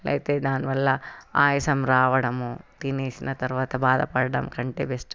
లేకపోతే దానివల్ల ఆయాసం రావడము తినేసిన తర్వాత బాధపడడం కంటే బెస్ట్